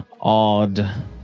odd